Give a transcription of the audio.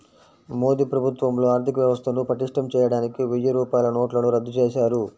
మోదీ ప్రభుత్వంలో ఆర్ధికవ్యవస్థను పటిష్టం చేయడానికి వెయ్యి రూపాయల నోట్లను రద్దు చేశారు